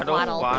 and waddle, um